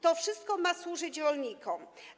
To wszystko ma służyć rolnikom.